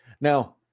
Now